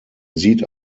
sieht